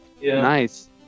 Nice